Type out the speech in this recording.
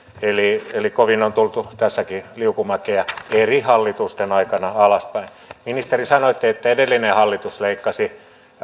eli kovin on tultu tässäkin liukumäkeä eri hallitusten aikana alaspäin ministeri sanoitte että edellinen hallitus leikkasi